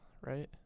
right